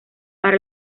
por